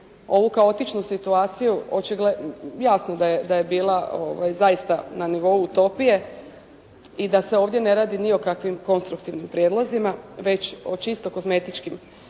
ovu kaotičnu situaciju, očigledno, jasno da je bila zaista na nivou utopije i da se ovdje ne radi ni o kakvim konstruktivnim prijedlozima već o čisto kozmetičkim